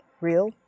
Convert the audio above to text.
real